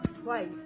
Twice